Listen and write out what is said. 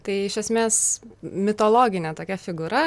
tai iš esmės mitologinė tokia figūra